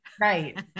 Right